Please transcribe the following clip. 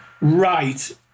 Right